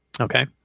Okay